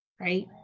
Right